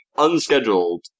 unscheduled